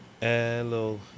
Hello